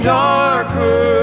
darker